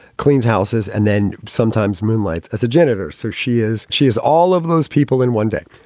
cleans houses and then sometimes moonlights as a janitor. so she is she is all of those people in one day.